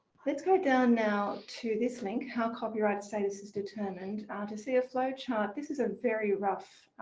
let's go down now to this link how copyright status is determined ah to see a flowchart. this is a very rough,